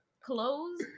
Clothes